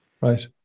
Right